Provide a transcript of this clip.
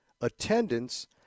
attendance